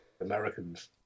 Americans